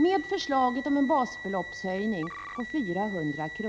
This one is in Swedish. Med förslaget om en basbeloppshöjning på 400 kr.